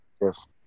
Yes